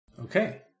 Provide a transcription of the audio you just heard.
Okay